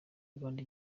rwanda